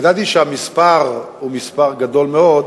ידעתי שהמספר הוא מספר גדול מאוד,